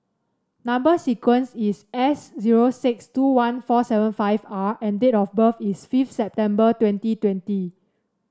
number sequence is S zero six two one four seven five R and date of birth is fifth September twenty twenty